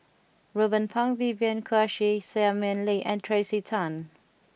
Ruben Pang Vivien Quahe Seah Mei Lin and Tracey Tan